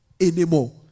anymore